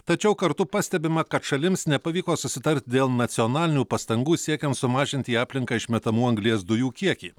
tačiau kartu pastebima kad šalims nepavyko susitart dėl nacionalinių pastangų siekiant sumažinti į aplinką išmetamų anglies dujų kiekį